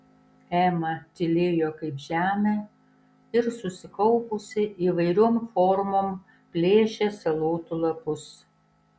ema tylėjo kaip žemė ir susikaupusi įvairiom formom plėšė salotų lapus